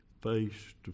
face